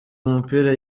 mupira